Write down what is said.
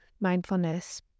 mindfulness